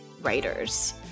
writers